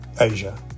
Asia